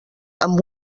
amb